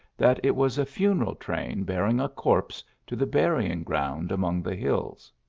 that it was a funeral train bearing a corpse to the burying ground among the hills.